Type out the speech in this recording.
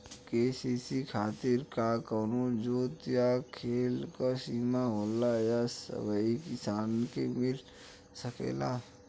KCC खातिर का कवनो जोत या खेत क सिमा होला या सबही किसान के मिल सकेला?